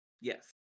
Yes